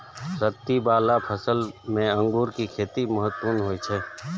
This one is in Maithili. लत्ती बला फसल मे अंगूरक खेती महत्वपूर्ण होइ छै